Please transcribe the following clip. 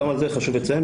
גם את זה חשוב לציין.